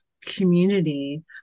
community